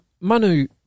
Manu